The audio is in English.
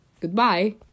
goodbye